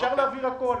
אפשר להעביר הכול,